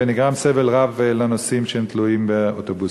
ונגרם סבל לנוסעים שתלויים באוטובוסים.